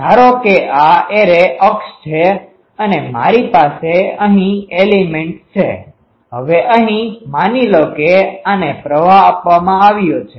ધારો કે આ એરે અક્ષ છે અને મારી પાસે અહીં એલીમેન્ટસelementsતત્વો છે હવે અહીં માની લો કે આને પ્રવાહ આપવામાં આવ્યો છે